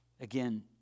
Again